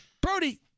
Brody